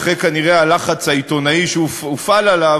אחרי כנראה הלחץ העיתונאי שהופעל עליו,